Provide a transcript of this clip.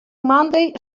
moandei